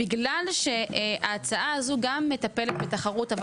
בגלל שההצעה הזו מטפלת בתחרות,